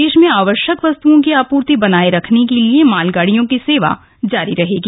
देश में आवश्यक वस्तुओं की आपर्ति बनाए रखने के लिए मालगाडियों की सेवा जारी रहेगी